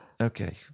okay